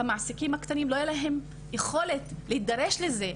למעסיקים הקטנים לא הייתה יכולת להידרש לזה,